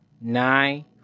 Nine